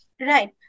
right